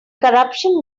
corruption